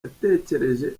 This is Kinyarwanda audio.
yatekereje